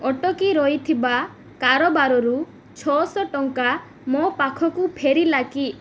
ଅଟକି ରହିଥିବା କାରବାରରୁ ଛଅଶହ ଟଙ୍କା ମୋ ପାଖକୁ ଫେରିଲା କି